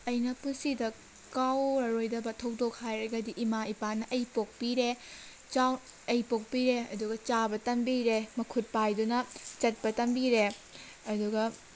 ꯑꯩꯅ ꯄꯨꯟꯁꯤꯗ ꯀꯥꯎꯔꯔꯣꯏꯗꯕ ꯊꯧꯗꯣꯛ ꯍꯥꯏꯔꯒꯗꯤ ꯏꯃꯥ ꯏꯄꯥꯅ ꯑꯩ ꯄꯣꯛꯄꯤꯔꯦ ꯑꯩ ꯄꯣꯛꯄꯤꯔꯦ ꯑꯗꯨꯒ ꯆꯥꯕ ꯇꯝꯕꯤꯔꯦ ꯃꯈꯨꯠ ꯄꯥꯏꯗꯨꯅ ꯆꯠꯄ ꯇꯝꯕꯤꯔꯦ ꯑꯗꯨꯒ